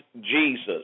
Jesus